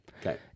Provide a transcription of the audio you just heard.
Okay